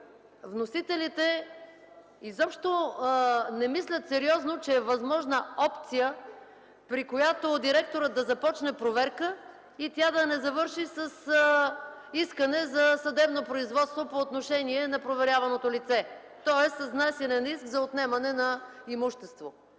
вносителите не мислят сериозно, че е възможна опция, при която директорът да започне проверка и тя да не завърши с искане за съдебно производство по отношение на проверяваното лице, тоест с внасяне на иск за отнемане на имущество.